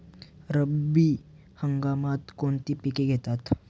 रब्बी हंगामात कोणती पिके घेतात?